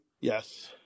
Yes